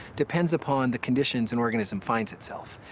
depends upon the conditions an organism finds itself